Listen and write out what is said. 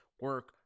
Work